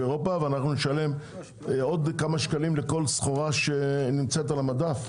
אבל אנחנו נשלם עוד כמה שקלים לכל סחורה שנמצאת על המדף?